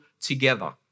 together